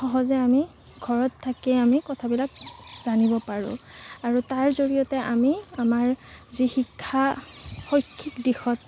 সহজে আমি ঘৰত থাকিয়ে আমি কথাবিলাক জানিব পাৰোঁ আৰু তাৰ জৰিয়তে আমি আমাৰ যি শিক্ষা শৈক্ষিক দিশত